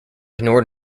ignored